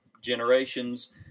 generations